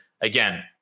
again